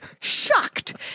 shocked